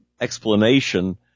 explanation